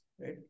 right